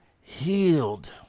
healed